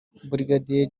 brigadier